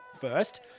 first